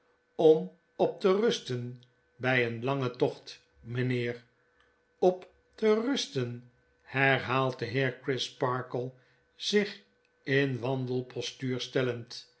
om op te rusten by een langen tocht mynheer op te rusten herhaalt de heer crisparkle zich in wandelpostuur stellend